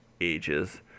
ages